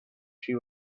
she